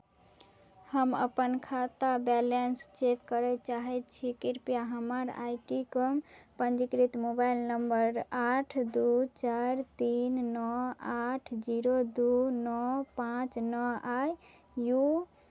हम अपन खाता बैलेन्स चेक करै चाहै छी कृपया हमर आइ टी कम पञ्जीकृत मोबाइल नम्बर आठ दुइ चारि तीन नओ आठ जीरो दुइ नओ पाँच नओ आओर यू